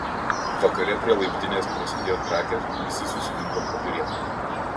vakare prie laiptinės prasidėjo drakės visi susirinko pažiūrėt